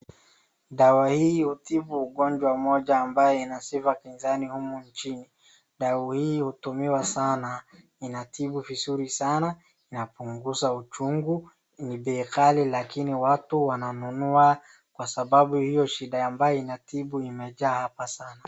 Dawa hii hutibu ugonjwa moja ambao una sifa kinzani humu nchini. Dawa hii hutumiwa sana, inatibu vizuri sana, inapunguza uchungu, ni bei ghali lakini watu wananunua kwa sababu hiyo shida ambayo inatibu imejaa hapa sana.